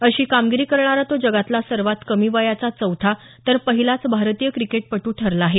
अशी कामगिरी करणारा तो जगातला सर्वात कमी वयाचा चौथा तर पहिलाच भारतीय क्रिकेटपटू ठरला आहे